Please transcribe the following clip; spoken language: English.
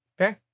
Okay